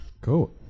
cool